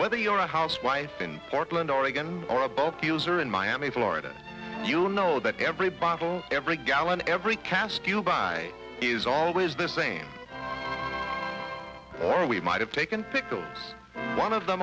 whether you're a housewife in portland oregon or a bulk user in miami florida you'll know that every bottle every gallon every cask you buy is always the same or we might have taken pickles one of the